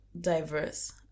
diverse